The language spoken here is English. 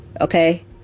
Okay